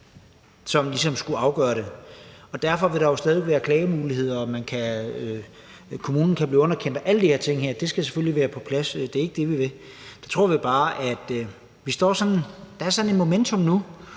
som ligesom skulle afgøre det. Derfor vil der jo stadig være klagemuligheder, og kommunen kan blive underkendt. Alle de her ting skal selvfølgelig være på plads, det er ikke det, vi vil. Vi tror bare, at der er sådan et momentum nu,